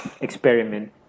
experiment